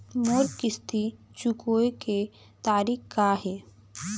मोर किस्ती चुकोय के तारीक का हे?